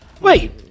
Wait